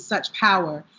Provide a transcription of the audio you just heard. such power.